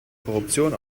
korruption